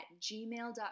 gmail.com